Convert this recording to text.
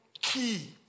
key